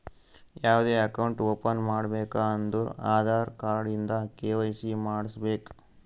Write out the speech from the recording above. ಯಾವ್ದೇ account open ಮಾಡ್ಬೇಕ ಅಂದುರ್ ಆಧಾರ್ ಕಾರ್ಡ್ ಇಂದ ಕೆ.ವೈ.ಸಿ ಮಾಡ್ಸಬೇಕ್